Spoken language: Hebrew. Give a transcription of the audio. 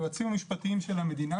היועצים המשפטיים של המדינה,